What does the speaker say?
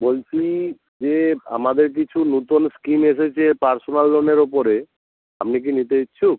বলছি যে আমাদের কিছু নূতন স্কিম এসেছে পার্সোনাল লোনের ওপরে আপনি কি নিতে ইচ্ছুক